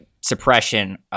suppression